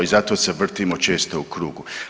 I zato se vrtimo često u krugu.